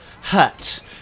Hut